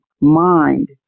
mind